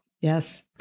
Yes